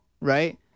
right